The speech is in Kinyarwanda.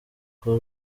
kuri